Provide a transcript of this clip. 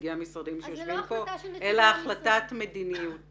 נציגי המשרדים שיושבים כאן אלא החלטת מדיניות